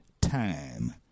time